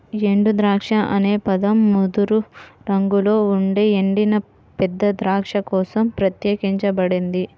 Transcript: ఎండుద్రాక్ష అనే పదం ముదురు రంగులో ఉండే ఎండిన పెద్ద ద్రాక్ష కోసం ప్రత్యేకించబడింది